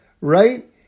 right